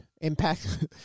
impact